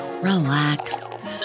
relax